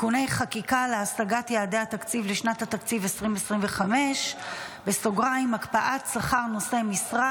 תיקוני חקיקה להשגת יעדי התקציב לשנת התקציב 2025 (הקפאת שכר נושא משרה